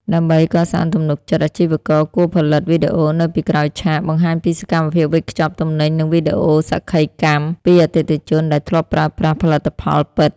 ដើម្បីកសាងទំនុកចិត្ត អាជីវករគួរផលិត វីដេអូនៅពីក្រោយឆាក បង្ហាញពីសកម្មភាពវេចខ្ចប់ទំនិញ និង វីដេអូសក្ខីកម្ម ពីអតិថិជនដែលធ្លាប់ប្រើប្រាស់ផលិតផលពិត។